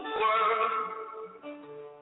world